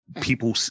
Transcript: people